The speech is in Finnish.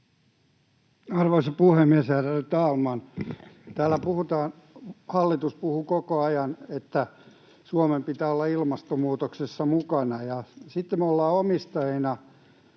Arvoisa puhemies, ärade talman! Täällä hallitus puhuu koko ajan, että Suomen pitää olla ilmastonmuutoksessa mukana. Sitten me ollaan omistajina